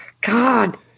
God